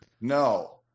no